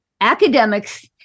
academics